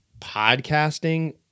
podcasting